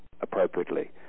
appropriately